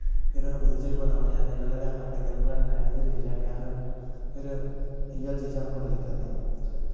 फिर ओह्दे च बी बड़ा मज़ा आंदा पैह्ले अस नाटक करने जिसलै लैने फिर अस लेई लैन्ने अस फिर इ'यै जेहियां चीजां अस बड़ियां करने